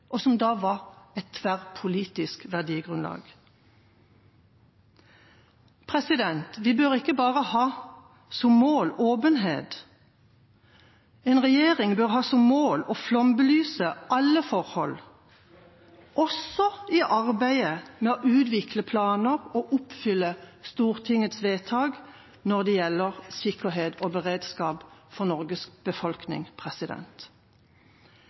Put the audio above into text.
og som da var et tverrpolitisk verdigrunnlag. Vi bør ikke bare ha åpenhet som mål, en regjering bør ha som mål å flombelyse alle forhold, også i arbeidet med å utvikle planer og oppfylle Stortingets vedtak når det gjelder sikkerhet og beredskap for Norges befolkning.